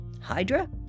Hydra